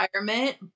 environment